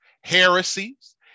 heresies